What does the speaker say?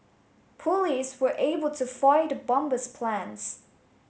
police were able to foil the bomber's plans